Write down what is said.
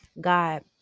god